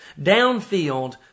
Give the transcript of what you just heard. Downfield